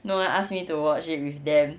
no I asked me to watch it with them